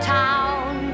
town